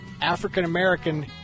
African-American